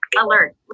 alert